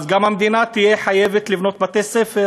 אז המדינה תהיה גם חייבת לבנות בתי-ספר,